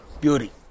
beauty